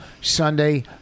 Sunday